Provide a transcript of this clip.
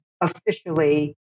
officially